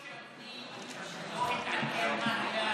יכול להיות שאדוני לא מתעניין מה